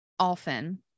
often